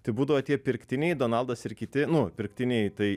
tai būdavo tie pirktiniai donaldas ir kiti nu pirktiniai tai